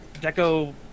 Deco